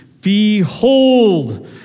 behold